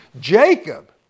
Jacob